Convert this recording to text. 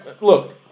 look